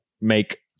make